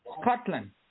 Scotland